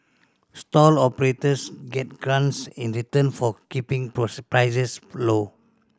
stall operators get grants in return for keeping prices low